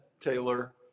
Taylor